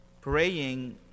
praying